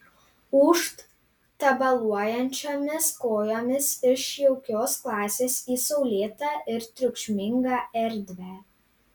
ūžt tabaluojančiomis kojomis iš jaukios klasės į saulėtą ir triukšmingą erdvę